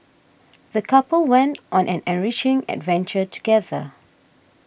the couple went on an enriching adventure together